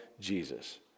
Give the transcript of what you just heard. Jesus